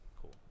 Cool